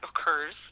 occurs